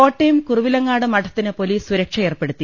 കോട്ടയം കുറവിലങ്ങാട് മഠത്തിന് പൊലീസ് സുരക്ഷ ഏർപ്പെടുത്തി